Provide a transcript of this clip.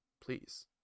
please